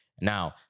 Now